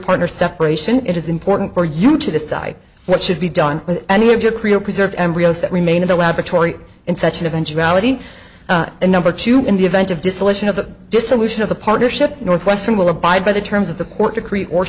partner separation it is important for you to decide what should be done with any of your creel preserved embryos that remain in the laboratory in such an eventuality and number two in the event of dissolution of the dissolution of the partnership northwestern will abide by the terms of the court to create or